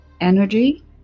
energy